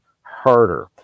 harder